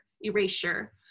erasure